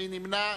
מי נמנע?